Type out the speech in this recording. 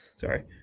Sorry